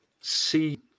see